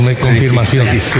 confirmación